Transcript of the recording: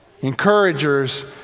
Encouragers